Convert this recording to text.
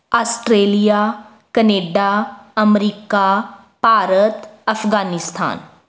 Australia Canada America Bharat Afghanistan